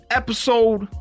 episode